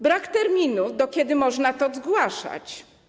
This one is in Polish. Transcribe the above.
Brak jest terminu, do kiedy można to zgłaszać.